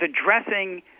addressing